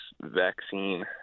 vaccine